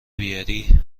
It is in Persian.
بیاری